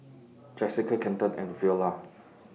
Jessica Kenton and Veola